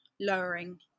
lowering